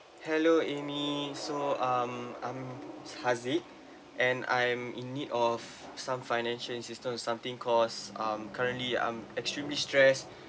hello amy so um I'm harzik and I am in need of some financial assistance or something cause um currently I'm extremely stress